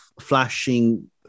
flashing